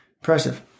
Impressive